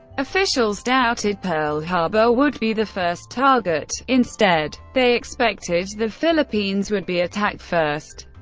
officials doubted pearl harbor would be the first target instead, they expected the philippines would be attacked first.